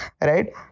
right